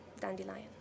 dandelion